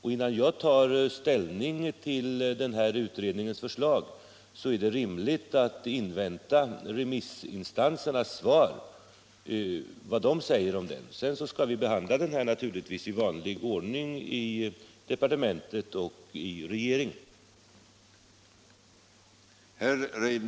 Det är rimligt att invänta remissinstansernas yttranden innan jag tar ställning till utredningens förslag. Sedan skall vi naturligtvis behandla det i vanlig ordning i departementet och i regeringen.